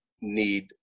need